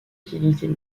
utilité